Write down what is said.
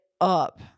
up